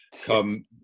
come